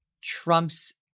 Trump's